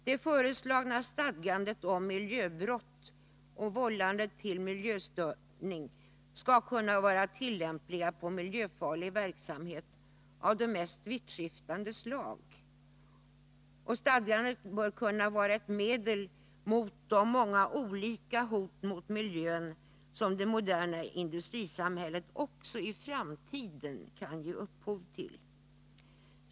Det föreslagna stadgandet om miljöbrott och vållande till miljöstörning skall kunna vara tillämpligt på miljöfarlig verksamhet av det mest vittskiftande slag, och det bör kunna vara ett medel mot de många olika hot mot miljön som det moderna industrisamhället också i framtiden kan ge upphov till.